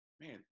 man